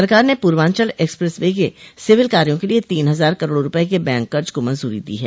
सरकार ने Purvanchal express way के सिविल कार्यो के लिए तीन हजार करोड़ रूपये के बैंक कर्ज को मंजूरी दी है